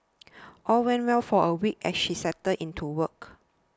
all went well for a week as she settled into work